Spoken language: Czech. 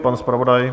Pan zpravodaj?